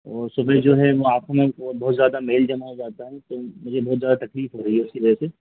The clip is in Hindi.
ओर सुबह जो है वो आँखों में बहुत बहुत ज़्यादा मैल जमा हो जाता है तो मुझे बहुत ज़्यादा तकलीफ़ हो रही है उसकी वजह से